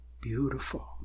beautiful